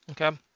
Okay